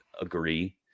agree